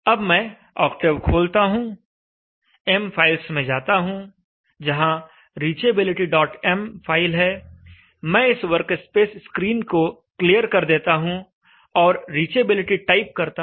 अब मैं ऑक्टेव खोलता हूं m files में जाता हूं जहां reachabilitym फाइल है मैं इस वर्कस्पेस स्क्रीन को क्लियर कर देता हूं और reachability टाइप करता हूं